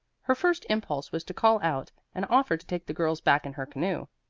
her first impulse was to call out and offer to take the girls back in her canoe.